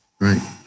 Right